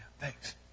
thanks